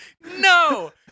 No